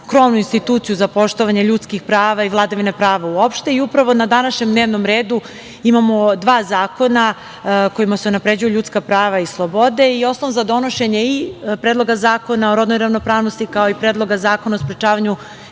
krovnu instituciju za poštovanje ljudskih prava i vladavine prava uopšte. Upravo na današnjem dnevnom redu imamo dva zakona kojima se unapređuju ljudska prava i slobode i osnov za donošenje i Predloga zakona o rodnoj ravnopravnosti, kao i Predloga zakona o sprečavanju